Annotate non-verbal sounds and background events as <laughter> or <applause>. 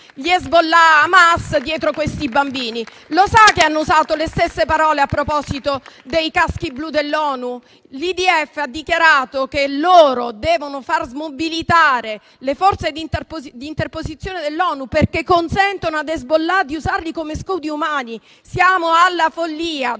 gli Hezbollah o Hamas dietro questi bambini? <applause> Lo sa che hanno usato le stesse parole a proposito dei caschi blu dell'ONU? L'IDF ha dichiarato che loro devono far smobilitare le forze di interposizione dell'ONU, perché consentono ad Hezbollah di usarli come scudi umani. Siamo alla follia,